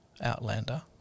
Outlander